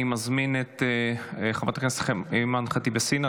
אני מזמין את חברת הכנסת אימאן ח'טיב יאסין,